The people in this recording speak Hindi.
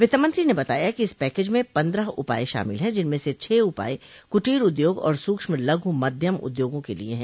वित्तमंत्री ने बताया कि इस पैकेज में पन्द्रह उपाय शामिल है जिनमें से छह उपाय कुटीर उद्योग और सूक्ष्म लघू मध्यम उद्योगों के लिये हैं